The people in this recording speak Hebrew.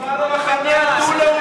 אתם כבר מזמן המחנה הדו-לאומי.